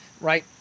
right